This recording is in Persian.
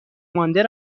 مانده